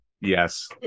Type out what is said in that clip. Yes